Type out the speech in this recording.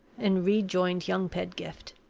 and rejoined young pedgift.